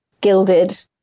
gilded